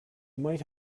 might